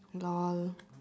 lol